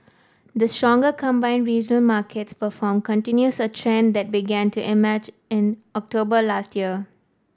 the stronger combined regional markets perform continues a trend that began to emerge in October last year